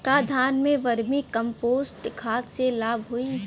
का धान में वर्मी कंपोस्ट खाद से लाभ होई?